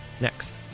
Next